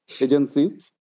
agencies